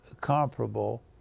comparable